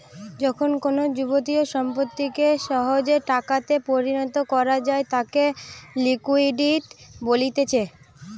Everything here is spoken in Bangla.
যখন কোনো যাবতীয় সম্পত্তিকে সহজে টাকাতে পরিণত করা যায় তাকে লিকুইডিটি বলতিছে